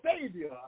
Savior